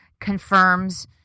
confirms